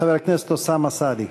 חבר הכנסת אוסאמה סעדי.